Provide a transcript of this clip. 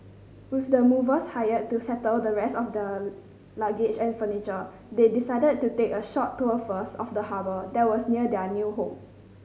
with the movers hired to settle the rest of the luggage and furniture they decided to take a short tour first of the harbour that was near their new home